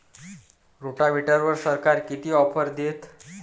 रोटावेटरवर सरकार किती ऑफर देतं?